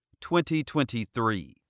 2023